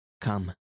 Come